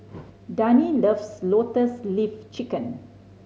Dani loves Lotus Leaf Chicken